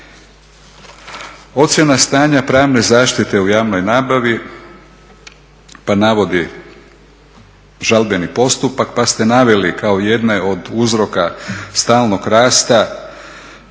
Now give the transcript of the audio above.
Ocjena stanja pravne zaštite u javnoj nabavi pa navodi žalbeni postupak pa ste naveli kao jedne od uzroka stalnog rasta